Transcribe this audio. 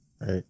Right